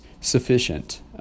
sufficient